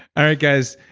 all right, guys.